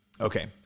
Okay